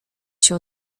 się